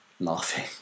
laughing